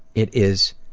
it is